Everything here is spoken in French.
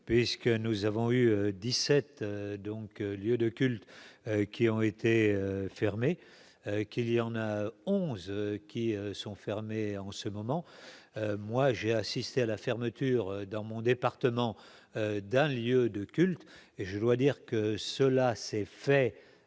puisque nous avons eu 17 donc, lieu de culte qui ont été fermés, qu'il y en a 11 qui sont fermés en ce moment, moi j'ai assisté à la fermeture, dans mon département d'un lieu de culte et je dois dire que cela s'est fait